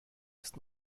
ist